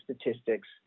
statistics